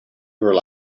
rely